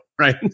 right